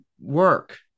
work